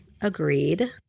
agreed